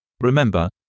Remember